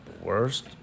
worst